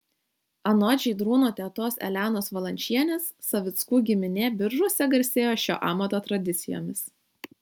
anot žydrūno tetos elenos valančienės savickų giminė biržuose garsėjo šio amato tradicijomis